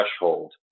threshold